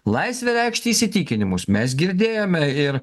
laisvė reikšti įsitikinimus mes girdėjome ir